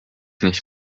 nicht